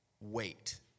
Wait